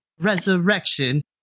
resurrection